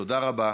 תודה רבה.